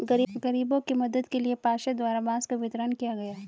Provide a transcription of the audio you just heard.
गरीबों के मदद के लिए पार्षद द्वारा बांस का वितरण किया गया